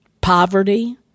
poverty